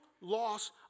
loss